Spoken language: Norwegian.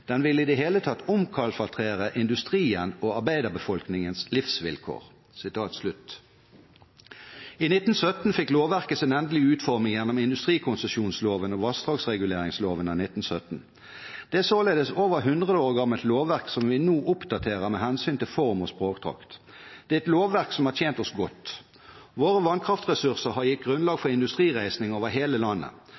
den vil idetheletaget omkalfatre industrien og arbeiderbefolkningens livsvilkaar.» I 1917 fikk lovverket sin endelige utforming gjennom industrikonsesjonsloven og vassdragsreguleringsloven av 1917. Det er således et over 100 år gammelt lovverk som vi nå oppdaterer med hensyn til form og språkdrakt. Det er et lovverk som har tjent oss godt. Våre vannkraftressurser har gitt grunnlag